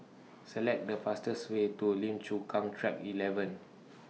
Select The fastest Way to Lim Chu Kang Track eleven